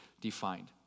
defined